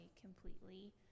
completely